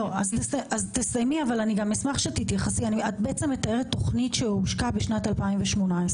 אז תסיימי אבל אני גם אשמח שתתייחסי את מתארת תוכנית שהושקה בשנת 2018,